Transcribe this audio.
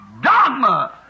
Dogma